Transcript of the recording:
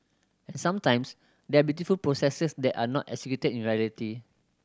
and sometimes there are beautiful processes that are not executed in reality